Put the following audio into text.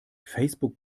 facebook